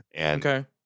Okay